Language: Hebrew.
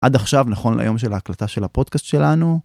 עד עכשיו, נכון ליום של ההקלטה של הפודקאסט שלנו.